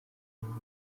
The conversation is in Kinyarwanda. inama